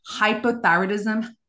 hypothyroidism